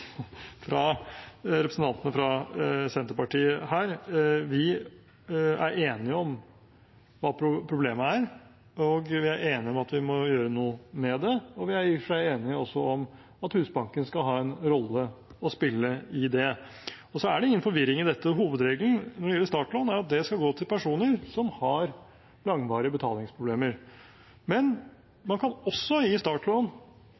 fra representantene fra Senterpartiet. Vi er enige om hva problemet er, og vi er enige om at vi må gjøre noe med det, og vi er i og for seg enige om at Husbanken skal ha en rolle å spille i det. Så er det ingen forvirring i dette. Hovedregelen når det gjelder startlån, er at det skal gå til personer som har langvarige betalingsproblemer, men man kan også gi startlån